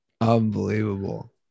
Unbelievable